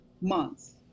months